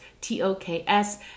T-O-K-S